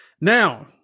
Now